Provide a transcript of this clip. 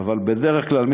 אבל בדרך כלל,